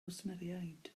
gwsmeriaid